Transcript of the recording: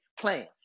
plan